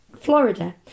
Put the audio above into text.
Florida